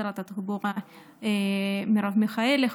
שרת התחבורה מרב מיכאלי,